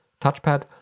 Touchpad